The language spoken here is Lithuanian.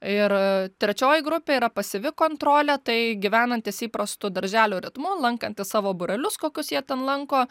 ir trečioji grupė yra pasyvi kontrolė tai gyvenantys įprastu darželio ritmu lankantys savo būrelius kokius jie ten lanko